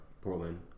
Portland